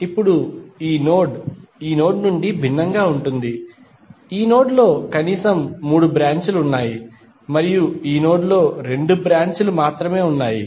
కాబట్టి ఇప్పుడు ఈ నోడ్ ఈ నోడ్ నుండి భిన్నంగా ఉంటుంది ఈ నోడ్ లో కనీసం మూడు బ్రాంచ్ లు ఉన్నాయి మరియు ఈ నోడ్ లో రెండు బ్రాంచ్ లు మాత్రమే ఉన్నాయి